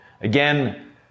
Again